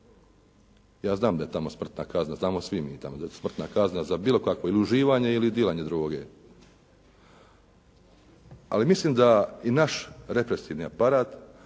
Ja znam da je tamo smrtna kazna, znamo svi mi tako da je smrtna kazna za bilo kakvo uživanje ili dilanje droge, ali mislim da i naš represivni aparat,